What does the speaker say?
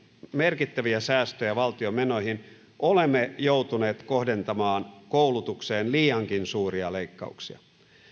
merkittäviä säästöjä valtion menoihin olemme joutuneet kohdentamaan koulutukseen liiankin suuria leikkauksia